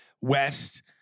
West